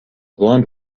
blond